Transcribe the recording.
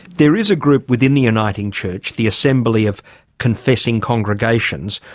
there is a group within the uniting church, the assembly of confessing congregations,